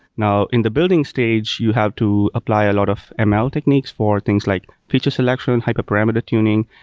now, in the building stage, you have to apply a lot of um ml techniques for things like feature selection, and hyper-parameter tuning,